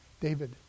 David